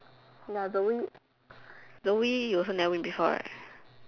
ya the wee the wee you also never win before right